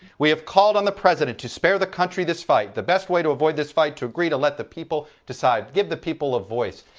we have called on the president to spare the country this fight. the best way to avoid this fight to agree to let the people decide. give the people a voice.